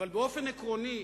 אבל באופן עקרוני,